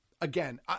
again